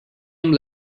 amb